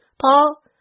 Paul